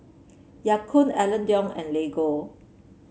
Ya Kun Alain Delon and Lego